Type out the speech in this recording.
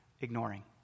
ignoring